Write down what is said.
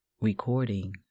Recording